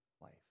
life